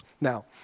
Now